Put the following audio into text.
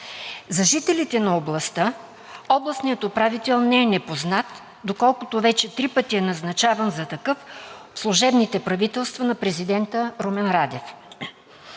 За жителите на областта областният управител не е непознат, доколкото вече три пъти е назначаван за такъв в служебните правителства на президента Румен Радев.